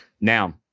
Now